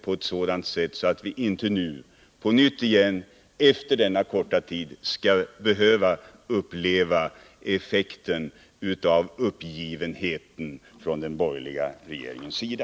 Jag hoppas verkligen att vi inte, efter så kort tid, skall behöva uppleva mera uppgivenhet från den borgerliga regeringens sida.